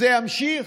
זה ימשיך?